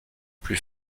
plus